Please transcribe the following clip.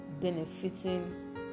benefiting